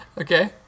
Okay